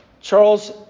Charles